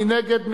מי נגד?